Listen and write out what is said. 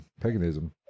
paganism